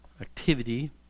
activity